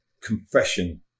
confession